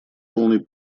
полной